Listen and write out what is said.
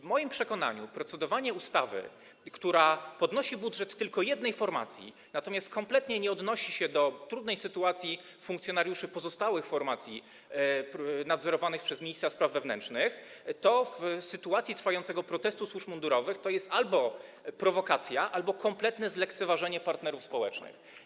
W moim przekonaniu procedowanie nad ustawą, która zwiększa budżet tylko jednej formacji, natomiast kompletnie nie odnosi się do trudnej sytuacji funkcjonariuszy pozostałych formacji nadzorowanych przez ministra spraw wewnętrznych, w sytuacji trwającego protestu służb mundurowych jest albo prowokacją, albo kompletnym zlekceważeniem partnerów społecznych.